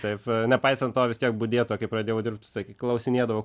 taip nepaisant to vis tiek budėtoja kai pradėjau dirbt sakė klausinėdavo